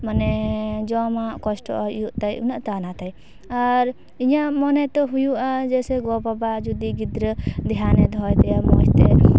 ᱢᱟᱱᱮ ᱡᱚᱢᱟᱜ ᱠᱚᱥᱴᱚ ᱦᱩᱭᱩᱜ ᱛᱟᱭ ᱩᱱᱟᱹᱜ ᱛᱮ ᱚᱱᱟᱛᱷᱟᱭ ᱟᱨ ᱤᱧᱟᱹᱜ ᱢᱚᱱᱮ ᱛᱚ ᱦᱩᱭᱩᱜᱼᱟ ᱡᱮᱭᱥᱮ ᱜᱚᱼᱵᱟᱵᱟ ᱡᱩᱫᱤ ᱜᱤᱫᱽᱨᱟᱹ ᱫᱷᱮᱭᱟᱱᱮ ᱫᱚᱦᱚᱭ ᱛᱟᱭᱟ ᱢᱚᱡᱽ ᱛᱮ